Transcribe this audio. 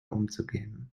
umzugehen